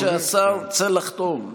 התפיסה היא שהשר צריך לחתום.